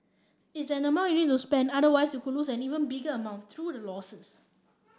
it's an amount you needs to spend otherwise who lose an even bigger amount through the losses